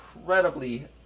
Incredibly